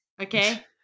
Okay